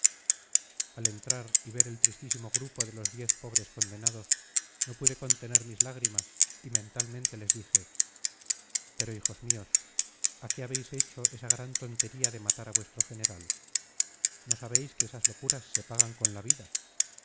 al entrar y ver el tristísimo grupo de los diez pobres condenados no pude contener mis lágrimas y mentalmente les dije pero hijos míos a qué habéis hecho esa gran tontería de matar a vuestro general no sabéis que esas locuras se pagan con la vida